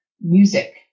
music